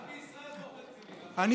רק בישראל בור תקציבי, נכון?